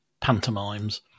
pantomimes